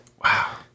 Wow